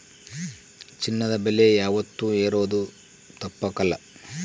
ಚಿನ್ನದ ಬೆಲೆ ಯಾವಾತ್ತೂ ಏರೋದು ತಪ್ಪಕಲ್ಲ